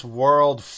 world